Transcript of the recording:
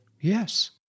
yes